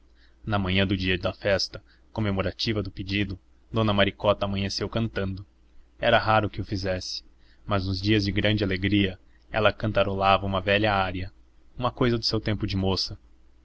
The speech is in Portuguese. na manhã do dia da festa comemorativa do pedido dona maricota amanheceu cantando era raro que o fizesse mas nos dias de grande alegria ela cantarolava uma velha ária uma cousa do seu tempo de moça